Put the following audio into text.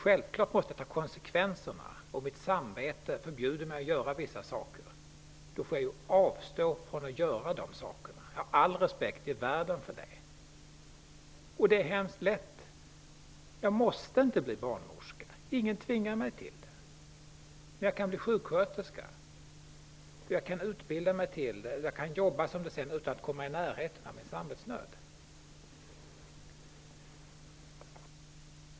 Självfallet måste jag ta konsekvenserna om mitt samvete förbjuder mig att göra vissa saker. Då får jag avstå från att göra de sakerna. Jag har all respekt i världen för det. Detta är lätt. Jag måste inte bli barnmorska. Ingen tvingar mig till det. Jag kan bli sjuksköterska. Jag kan utbilda mig till och jobba som sjuksköterska utan att komma i närheten av min samvetsnöd.